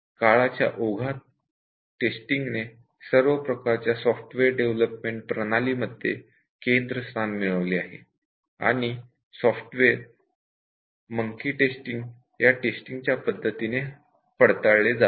काळाच्या ओघात टेस्टिंगने सर्व प्रकारच्या सॉफ्टवेअर डेव्हलपमेंट प्रणाली मध्ये केंद्रस्थान मिळवले आहे आणि सॉफ्टवेअर मंकी टेस्टिंग या टेस्टिंग पद्धतीने पडताळले जात नाही